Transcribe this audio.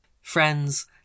Friends